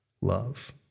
love